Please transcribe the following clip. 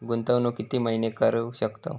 गुंतवणूक किती महिने करू शकतव?